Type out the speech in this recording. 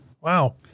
Wow